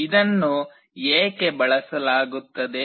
ಇದನ್ನು ಏಕೆ ಬಳಸಲಾಗುತ್ತದೆ